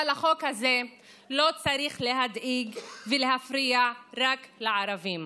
אבל החוק הזה לא צריך להדאיג, ולהפריע רק לערבים,